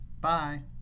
Bye